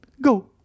go